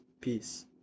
Peace